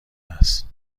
است